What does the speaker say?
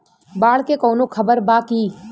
बाढ़ के कवनों खबर बा की?